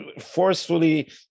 forcefully